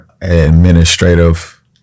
Administrative